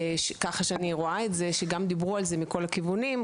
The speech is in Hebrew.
ככה שאני רואה את זה שגם דיברו על זה מכל הכיוונים,